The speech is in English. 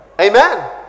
Amen